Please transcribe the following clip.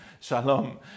shalom